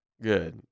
Good